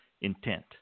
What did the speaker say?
intent